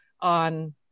on